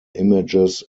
images